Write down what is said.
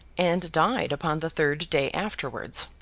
and died upon the third day afterwards.